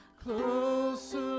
closer